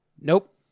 Nope